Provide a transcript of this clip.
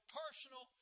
personal